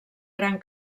gran